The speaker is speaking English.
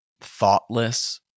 thoughtless